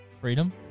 Freedom